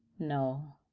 no,